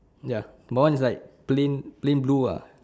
ya my [one] is like plain plain blue ah